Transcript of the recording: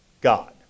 God